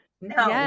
No